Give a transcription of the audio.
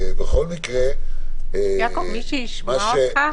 אם יקרה כזה סיפור,